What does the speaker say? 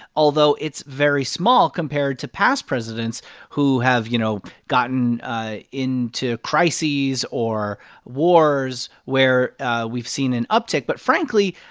although it's very small compared to past presidents who have, you know, gotten into crises or wars where we've seen an uptick. but frankly,